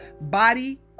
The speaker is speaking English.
body